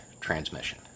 transmission